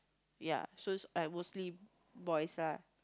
ya so is are mostly boys lah